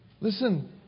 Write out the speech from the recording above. Listen